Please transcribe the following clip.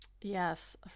Yes